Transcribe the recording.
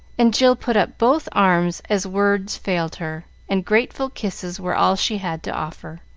and jill put up both arms, as words failed her, and grateful kisses were all she had to offer.